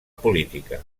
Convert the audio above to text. política